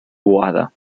boada